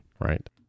right